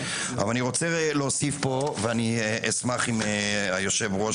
אבל אני רוצה להוסיף פה ואני אשמח אם היושב-ראש,